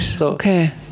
okay